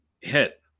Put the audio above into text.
hit